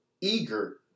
eager